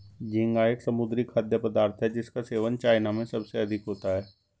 झींगा एक समुद्री खाद्य पदार्थ है जिसका सेवन चाइना में सबसे अधिक होता है